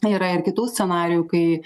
yra ir kitų scenarijų kai